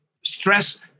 stress